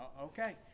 okay